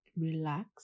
relax